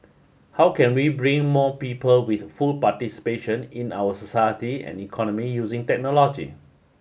how can we bring more people with full participation in our society and economy using technology